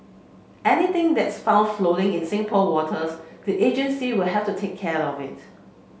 anything that's found floating in Singapore waters the agency will have to take care of it